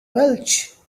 welch